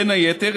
בין היתר,